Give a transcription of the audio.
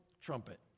trumpet